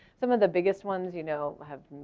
some of the biggest ones you know have,